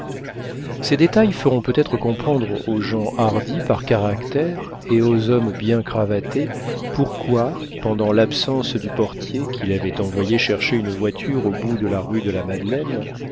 ces détails feront peut-être comprendre aux gens hardis par caractère et aux hommes bien cravatés pourquoi pendant l'absence du portier qu'il avait envoyé chercher une voiture au bout de la rue de la madeleine